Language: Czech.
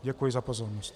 Děkuji za pozornost.